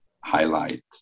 highlight